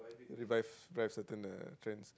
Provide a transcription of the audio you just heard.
revive revive certain uh friends